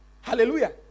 Hallelujah